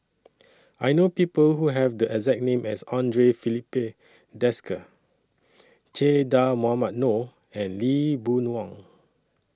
I know People Who Have The exact name as Andre Filipe Desker Che Dah Mohamed Noor and Lee Boon Wang